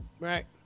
Right